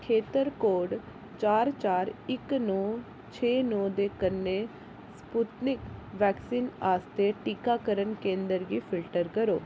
खेतर कोड चार चार इक नौ छे नौ दे कन्नै स्पुत्निक वैक्सीन आस्तै टीकाकरण केंद्र गी फिल्टर करो